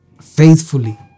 faithfully